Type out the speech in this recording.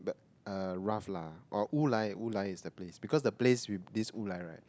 uh rough lah or Wulai is the place the place with this Wulai right